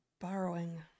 borrowing